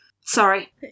Sorry